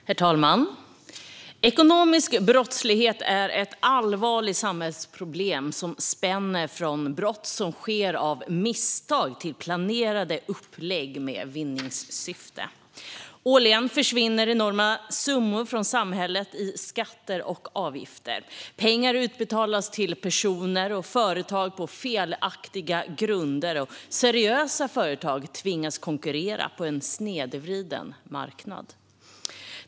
Skärpta straffrättsliga sanktioner mot företag Herr talman! Ekonomisk brottslighet är ett allvarligt samhällsproblem som spänner från brott som sker av misstag till planerade upplägg med vinningssyfte. Årligen försvinner enorma summor från samhället i skatter och avgifter, pengar utbetalas till personer och företag på felaktiga grunder och seriösa företag tvingas konkurrera på en snedvriden marknad.